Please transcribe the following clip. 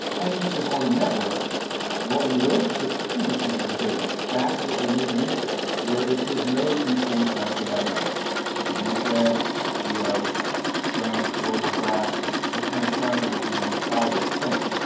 and you should have all the networks of all the relationships between those pieces of data. that's what we're moving into where it sort of knows these things down to that level. a semantic web, web giant global graph we're kind of trying out what we want to call this thing.